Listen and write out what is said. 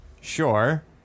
Sure